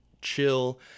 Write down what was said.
chill